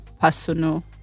personal